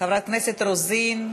חברת הכנסת רוזין.